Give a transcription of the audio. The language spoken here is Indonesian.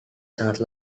sangat